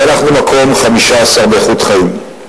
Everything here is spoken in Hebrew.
ואנחנו מקום 15 באיכות חיים.